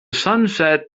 sunset